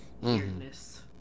weirdness